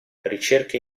ricerche